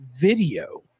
video